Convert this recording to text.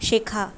শেখা